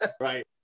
Right